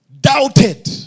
doubted